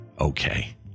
Okay